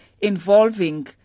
involving